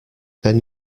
then